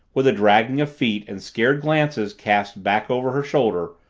with a dragging of feet and scared glances cast back over her shoulder,